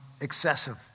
excessive